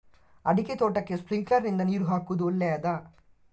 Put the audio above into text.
ಅಡಿಕೆ ತೋಟಕ್ಕೆ ಸ್ಪ್ರಿಂಕ್ಲರ್ ನಿಂದ ನೀರು ಹಾಕುವುದು ಒಳ್ಳೆಯದ?